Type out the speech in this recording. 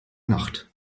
nacht